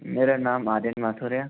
मेरा नाम आर्यन माथुर है